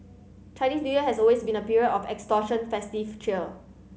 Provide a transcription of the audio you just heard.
Chinese New Year has always been a period of extortion festive cheer